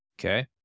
Okay